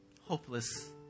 hopeless